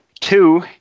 Two